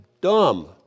dumb